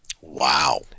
Wow